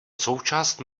součást